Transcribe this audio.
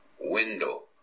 Window